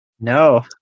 no